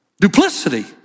Duplicity